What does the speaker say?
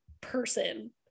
person